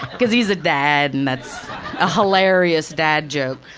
cause he's a dad, and that's a hilarious dad joke.